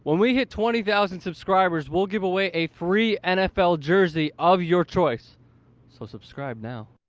when we get twenty thousand subscribers will give away a free nfl jersey of your choice so subscribe now